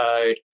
code